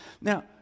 Now